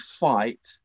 fight